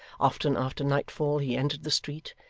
often after nightfall he entered the street,